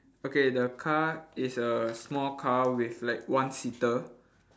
okay the car is a small car with like one seater